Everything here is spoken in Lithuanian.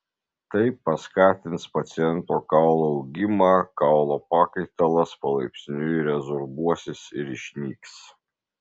tai paskatins paciento kaulo augimą kaulo pakaitalas palaipsniui rezorbuosis ir išnyks